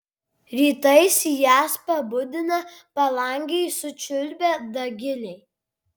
rytais jas pabudina palangėj sučiulbę dagiliai